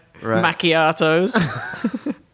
macchiatos